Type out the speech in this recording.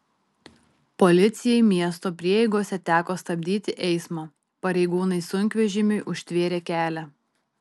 policijai miesto prieigose teko stabdyti eismą pareigūnai sunkvežimiu užtvėrė kelią